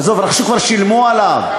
עזוב, רכשו, כבר שילמו עליו.